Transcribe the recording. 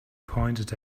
pointed